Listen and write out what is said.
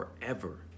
forever